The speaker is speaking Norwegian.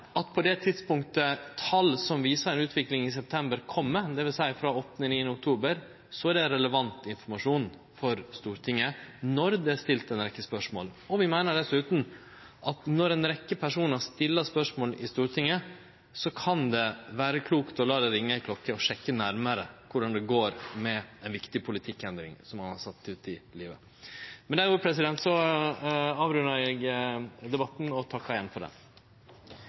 at på det tidspunktet tala som viste ei utvikling i september, kom – det vil seie frå 8.–9. oktober – var det relevant informasjon for Stortinget når det var stilt ei rekkje spørsmål. Vi meiner dessutan at når ei rekkje personar stiller spørsmål i Stortinget, kan det vere klokt å la det ringje ei klokke og sjekke nærmare korleis det går med ei viktig politikkendring som ein har sett ut i livet. Med desse orda rundar eg av debatten og takkar igjen for